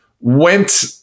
went